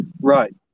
Right